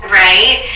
right